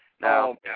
Now